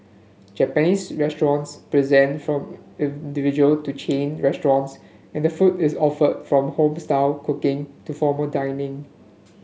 Japanese restaurants present from individual to chain restaurants and the food is offered from home style cooking to formal dining